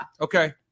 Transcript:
Okay